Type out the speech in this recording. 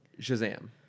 Shazam